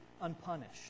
unpunished